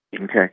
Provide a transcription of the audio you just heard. Okay